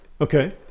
Okay